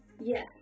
Yes